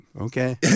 Okay